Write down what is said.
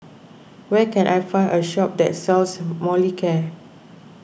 where can I find a shop that sells Molicare